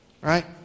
Right